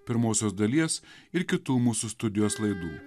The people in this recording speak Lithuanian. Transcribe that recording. pirmosios dalies ir kitų mūsų studijos laidų